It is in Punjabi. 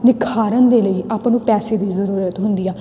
ਨਿਖਾਰਨ ਦੇ ਲਈ ਆਪਾਂ ਨੂੰ ਪੈਸੇ ਦੀ ਜ਼ਰੂਰਤ ਹੁੰਦੀ ਆ